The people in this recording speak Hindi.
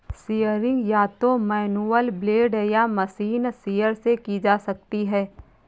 शियरिंग या तो मैनुअल ब्लेड या मशीन शीयर से की जा सकती है